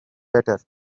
better